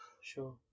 Sure